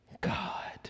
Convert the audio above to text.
God